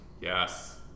yes